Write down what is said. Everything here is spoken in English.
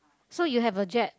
so you have a jab